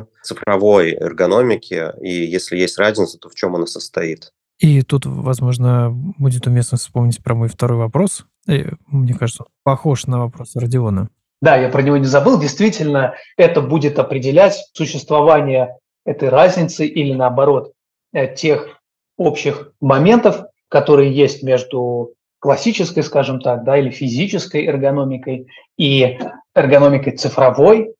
цифровой эргономике, и если есть разница, то в чём она состоит? И тут, возможно, будет уместно вспомнить про мой второй вопрос. Э, мне кажется, он похож на вопрос Родиона. Да, я про него не забыл. Действительно, это будет определять существование этой разницы или, наоборот, э, тех общих моментов, которые есть между классической, скажем так, да, или физической эргономикой и эргономикой цифровой.